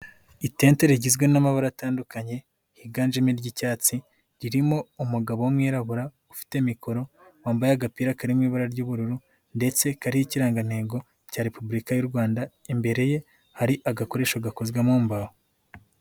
Itente rigizwe n'amabara atandukanye, higanjemo ry'icyatsi, ririmo umugabo w'umwirabura, ufite mikoro, wambaye agapira karimo ibara ry'ubururu ndetse kariho ikirangantego cya repubulika y'u Rwanda, imbere ye hari agakoresho gakozwe mu mbahoho.